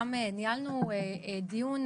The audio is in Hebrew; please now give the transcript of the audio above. גם ניהלנו דיון,